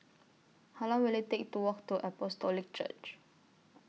How Long Will IT Take to Walk to Apostolic Church